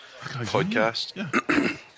podcast